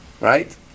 right